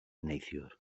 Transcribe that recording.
neithiwr